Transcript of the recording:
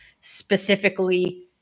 specifically